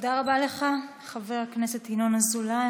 תודה רבה לך, חבר הכנסת ינון אזולאי.